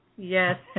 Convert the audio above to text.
Yes